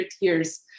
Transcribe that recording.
years